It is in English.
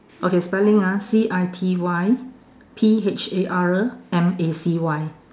okay spelling ah C I T Y P H A R M A C Y